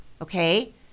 Okay